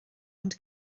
ond